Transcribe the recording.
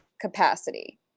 capacity